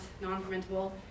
Non-fermentable